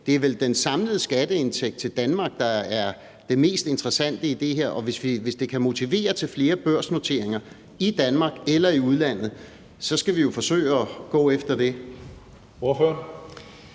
Det er vel den samlede skatteindtægt til Danmark, der er det mest interessante i det her, og hvis det kan motivere til flere børsnoteringer i Danmark eller i udlandet, så skal vi jo forsøge at gå efter det.